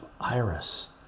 iris